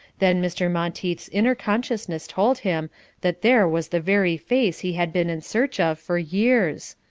then mr. monteith's inner consciousness told him that there was the very face he had been in search of for years.